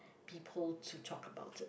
people to talk about it